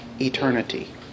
eternity